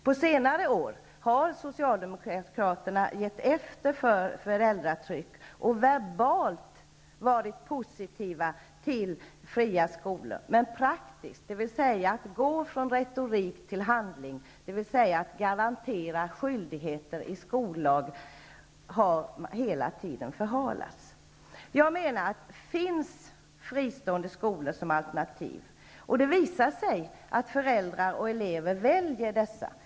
På senare år har Socialdemokraterna gett efter för föräldratrycket och verbalt varit positiva till fria skolor, men praktiskt, dvs. att gå från retorik till handling, att garantera skyldigheter i skollag, har de hela tiden förhalat. Jag menar att när det finns fria skolor som alternativ, kommer det att visa sig att föräldrar och elever väljer dessa skolor.